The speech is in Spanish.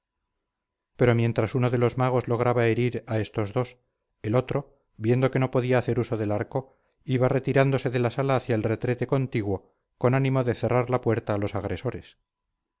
pero mientras uno de los magos lograba herir a estos dos el otro viendo que no podía hacer uso del arco iba retirándose de la sala hacia el retrete contiguo con ánimo de cerrar la puerta a los agresores